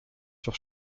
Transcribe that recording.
sur